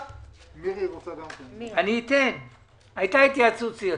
הייתה אצלנו התייעצות סיעתית.